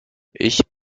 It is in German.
ich